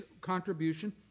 contribution